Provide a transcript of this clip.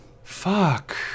Fuck